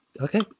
Okay